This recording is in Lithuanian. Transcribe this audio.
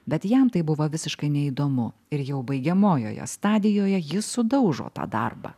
bet jam tai buvo visiškai neįdomu ir jau baigiamojoje stadijoje jis sudaužo tą darbą